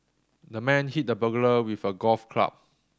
the man hit the burglar with a golf club